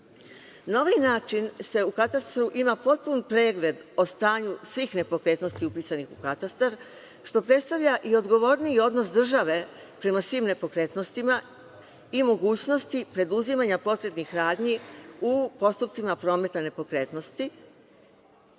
ovaj način se u katastru ima potpun pregled o stanju svih nepokretnosti upisanih u katastar nepokretnosti, što predstavlja i odgovorniji odnos države prema svim nepokretnostima i mogućnosti preduzimanja potrebnih radnji u postupcima prometa nepokretnosti,